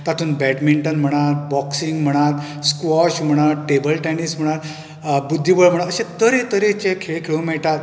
तातून बॅडमिंटन म्हणात बॉक्सींग म्हणात स्क्वॉश म्हणात टेबल टॅनीस म्हणात बुद्धीबळ म्हणा अशें तरेतरेचें खेळ खेळूंक मेळटात